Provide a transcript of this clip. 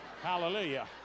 Hallelujah